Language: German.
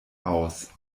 aus